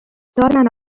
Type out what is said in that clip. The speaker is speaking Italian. tornano